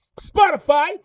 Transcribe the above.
Spotify